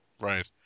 Right